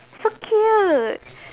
so cute